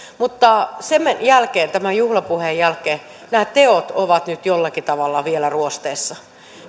mutta sen jälkeen tämän juhlapuheen jälkeen nämä teot ovat nyt jollakin tavalla vielä ruosteessa